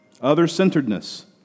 Other-centeredness